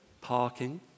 parking